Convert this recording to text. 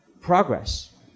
progress